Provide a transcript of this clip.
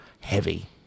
heavy